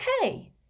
okay